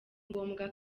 ngombwa